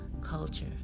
culture